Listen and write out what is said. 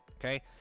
Okay